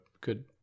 good